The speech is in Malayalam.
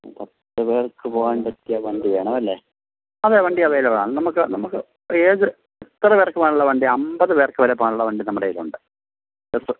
പത്ത് പേർക്ക് പോവാൻ പറ്റിയ വണ്ടി വേണമല്ലേ അതെ വണ്ടി അവൈലബിൾ ആണ് നമുക്കെ നമുക്ക് ഏത് എത്രപേർക്ക് പോകാനുള്ള വണ്ടി അമ്പത് പേർക്ക് വരെ പോവാനുള്ള വണ്ടി നമ്മുടെയിൽ ഉണ്ട് ബസ്സ്